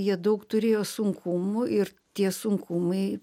jie daug turėjo sunkumų ir tie sunkumai